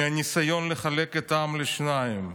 מהניסיון לחלק את העם לשניים,